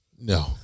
No